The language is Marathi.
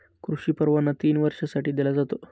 कृषी परवाना तीन वर्षांसाठी दिला जातो